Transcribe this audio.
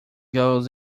goes